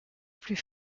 plus